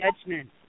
judgment